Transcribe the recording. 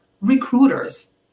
recruiters